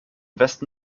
westen